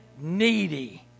needy